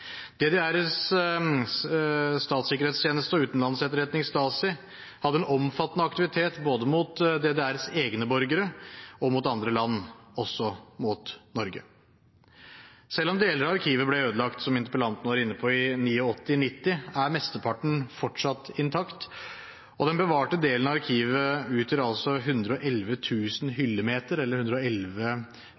og utvikling. DDRs statssikkerhetstjeneste og utenlandsetterretning, Stasi, hadde en omfattende aktivitet både mot DDRs egne borgere og mot andre land – også Norge. Selv om deler av arkivet, som interpellanten var inne på, ble ødelagt i 1989/1990, er mesteparten fortsatt intakt, og den bevarte delen av arkivet utgjør 111 000 hyllemeter – eller 111